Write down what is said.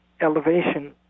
elevation